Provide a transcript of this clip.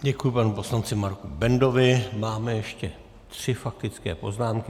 Děkuji panu poslanci Marku Bendovi, máme ještě tři faktické poznámky.